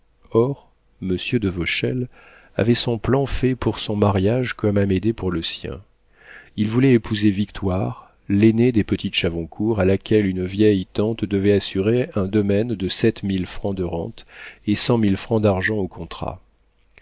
or monsieur de vauchelles avait son plan fait pour son mariage comme amédée pour le sien il voulait épouser victoire l'aînée des petites chavoncourt à laquelle une vieille tante devait assurer un domaine de sept mille francs de rente et cent mille francs d'argent au contrat